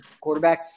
quarterback